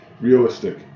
Realistic